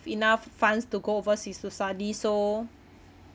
enough funds to go overseas to study so